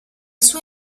sua